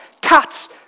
Cats